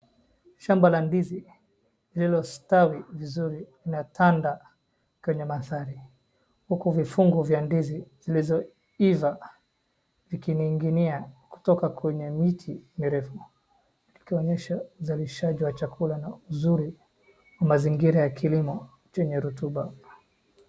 Shamba la ndizi lililo stawi vizuri linatanda kwenye manzari. Huku vifungu vya ndizi zilizoiva vikininginia kutoka kwenye miti mirefu. Likionyesha uzalishaji wa chakula na uzuri wa mazingira ya kilimo yenye rutuba.